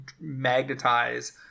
magnetize